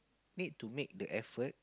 need to make the effort